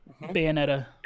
Bayonetta